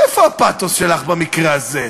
איפה הפתוס שלך במקרה הזה?